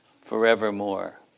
forevermore